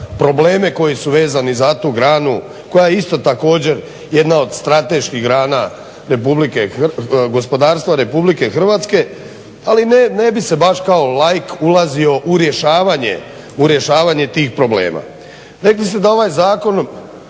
probleme koji su vezani za tu granu koja je isto također jedna od strateških grana gospodarstva Republike Hrvatske. Ali ne bih se baš kao laik ulazio u rješavanje tih problema. Rekli ste da ovaj zakon